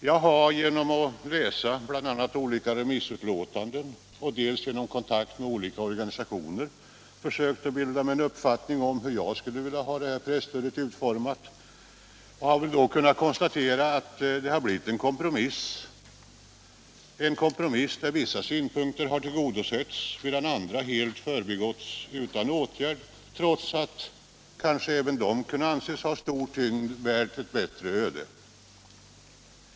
Jag har genom att dels läsa olika remissutlåtanden, dels ta kontakt med olika organisationer försökt bilda mig en uppfattning om hur jag skulle vilja ha presstödet utformat. Jag har kunnat konstatera att det har blivit en kompromiss mellan olika intressen, där vissa synpunkter har tillgodosetts medan andra helt har förbigåtts trots att kanske även de kunde ha varit värda ett bättre öde.